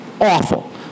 Awful